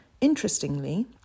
Interestingly